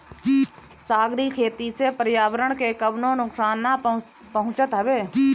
सागरी खेती से पर्यावरण के कवनो नुकसान ना पहुँचत हवे